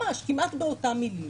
כמעט באותם מילים,